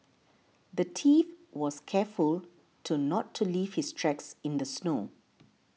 the thief was careful to not to leave his tracks in the snow